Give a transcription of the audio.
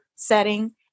Setting